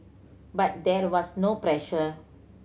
but there was no pressure